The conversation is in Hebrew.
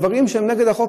דברים שהם נגד החוק.